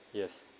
yes